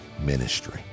ministry